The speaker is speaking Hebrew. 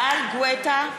גואטה,